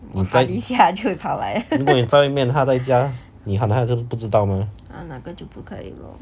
你跟如果你在外面它在家你喊他也是不知道吗